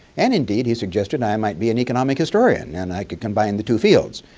and indeed he suggested i might be an economic historian and i can combine the two fields.